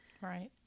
Right